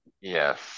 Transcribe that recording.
Yes